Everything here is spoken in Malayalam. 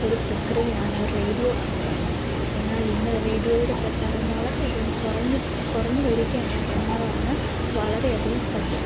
ഒരു പ്രക്രിയയാണ് റേഡിയോ എന്ന് പറയുന്നത് എന്നാലിന്ന് റേഡിയോയുടെ പ്രചാരം വളരെയധികം കുറഞ്ഞിട്ട് കുറഞ്ഞ് വരികയാണ് എന്നതാണ് വളരെയധികം സത്യം